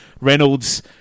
Reynolds